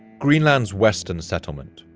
greenland's western settlement,